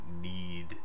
need